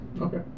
okay